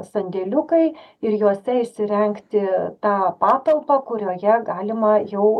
sandėliukai ir juose įsirengti tą patalpą kurioje galima jau